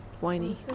whiny